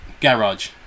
garage